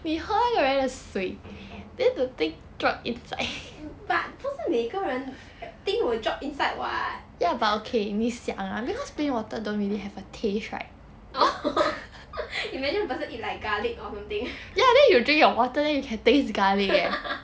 but 不是每个人 thing will drop inside [what] imagine a person eat like garlic or something